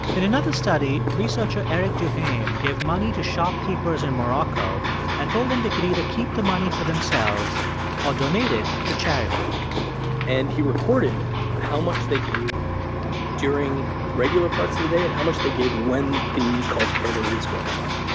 in another study, researcher eric duhaime gave money to shopkeepers in morocco and told them they could either keep the money for themselves or donate it to charity and he recorded how much they gave during regular parts of the day and how much they gave when the call to prayer was going off.